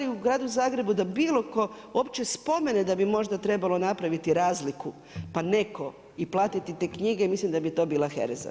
I u gradu Zagrebu da bilo tko uopće spomene da bi možda trebalo napraviti razliku pa neko i platiti te knjige, mislim da bi to bila hereza.